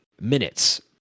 minutes